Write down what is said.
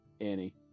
Annie